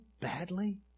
badly